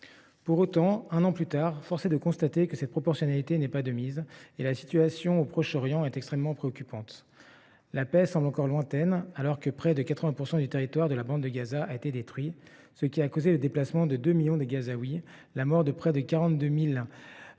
Pour autant, un an plus tard, force est de constater que cette proportionnalité n’est pas de mise : la situation au Proche Orient est extrêmement préoccupante. La paix semble encore lointaine alors que près de 80 % du territoire de la bande de Gaza a été détruit, ce qui a causé le déplacement de 2 millions de Gazaouis, la mort de près de 42 000